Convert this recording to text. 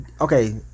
okay